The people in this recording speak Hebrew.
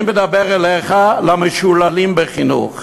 אני מדבר על המשוללים בחינוך,